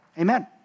Amen